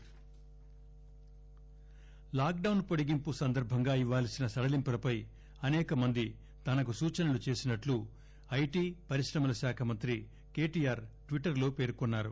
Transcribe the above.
KTR lockdown పొడిగింపు సందర్భంగా ఇవ్వాల్సిన సడలింపులపై అసేక మంది తనకు సూచనలు చేసినట్లు ఐటీ పరిశ్రమల శాఖ మంత్రి కేటీఆర్ ట్విటర్లో పర్కొన్నారు